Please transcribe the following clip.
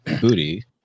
booty